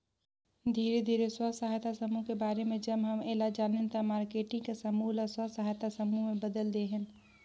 धीरे धीरे स्व सहायता समुह के बारे में जब हम ऐला जानेन त मारकेटिंग के समूह ल स्व सहायता समूह में बदेल देहेन